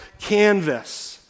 canvas